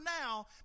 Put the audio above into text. now